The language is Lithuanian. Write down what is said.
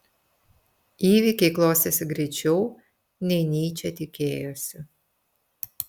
įvykiai klostėsi greičiau nei nyčė tikėjosi